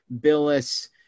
Billis